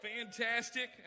Fantastic